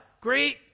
Great